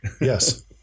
Yes